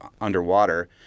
underwater